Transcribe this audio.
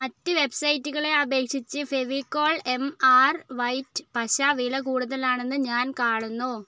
മറ്റ് വെബ്സൈറ്റുകളെ അപേക്ഷിച്ച് ഫെവിക്കോൾ എംആർ വൈറ്റ് പശ വില കൂടുതലാണെന്ന് ഞാൻ കാണുന്നു